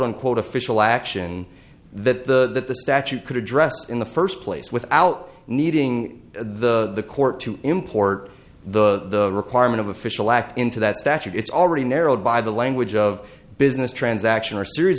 unquote official action that the statute could address in the first place without needing the court to import the requirement of official act into that statute it's already narrowed by the language of business transaction or series